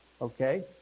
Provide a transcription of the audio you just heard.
Okay